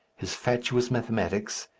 his fatuous mathematics,